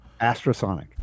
Astrosonic